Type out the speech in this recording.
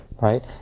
right